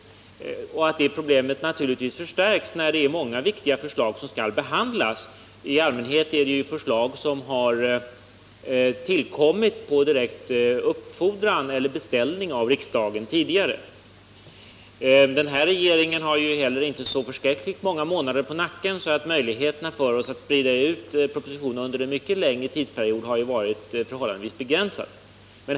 Det problemet förstärks naturligtvis när det är många viktiga förslag som skall behandlas. I allmänhet har förslagen tillkommit genom en tidigare beställning av riksdagen. Den här regeringen har inte heller så förskräckligt många månader på nacken, och därför har möjligheterna att sprida ut propositionerna under en mycket längre tidsperiod varit förhållandevis begränsade.